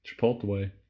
Chipotle